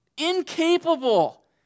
incapable